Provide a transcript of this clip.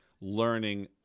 learning